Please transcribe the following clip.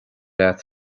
agat